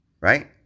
right